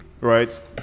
right